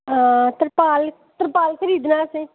हां तरपाल तरपाल खरीदना हा